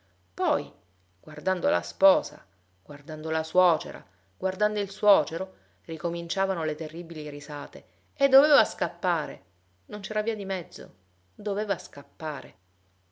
poi guardando la sposa guardando la suocera guardando il suocero ricominciavano le terribili risate e doveva scappare non c'era via di mezzo doveva scappare